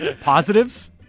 positives